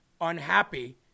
unhappy